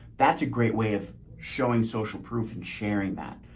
that's a great way of showing social proof and sharing that.